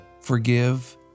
forgive